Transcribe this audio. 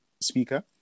speaker